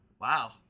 Wow